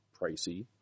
pricey